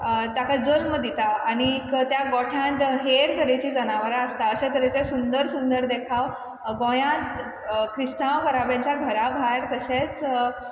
ताका जल्म दिता आनीक त्या गोठ्यांत हेर तरेचीं जनावरां आसता अशे तरेचें सुंदर सुंदर देखाव गोंयांत क्रिस्तांव घराब्यांच्या घरा भायर तशेंच